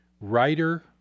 writer